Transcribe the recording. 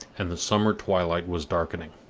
and the summer twilight was darkening.